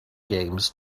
games